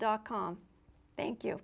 dot com thank you